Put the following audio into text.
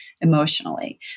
emotionally